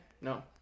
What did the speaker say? No